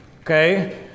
okay